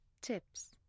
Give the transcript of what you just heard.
Tips